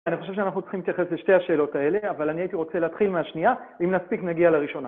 אני חושב שאנחנו צריכים להתייחס לשתי השאלות האלה, אבל אני הייתי רוצה להתחיל מהשנייה, ואם נספיק נגיע לראשונה.